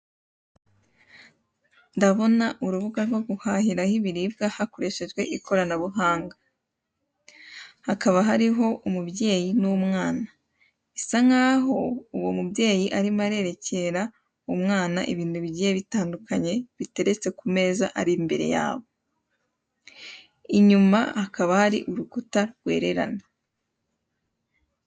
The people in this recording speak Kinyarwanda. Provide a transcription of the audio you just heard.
Ndabona urubuga rwo guhahiraho ibiribwa hakoreshejwe ikoranabuhanga. Hakaba hariho umubyeyi n'umwana. Bisa nkaho uwo mubyeyi arimo arerekera umwana ibintu bigiye bitandukanye biteretse ku meza ari imbere yabo. Inyuma hakaba hari urukuta rwererana.